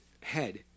head